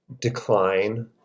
decline